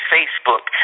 Facebook